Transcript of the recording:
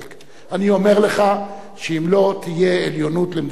אני אומר לך שאם לא תהיה עליונות למדינת ישראל,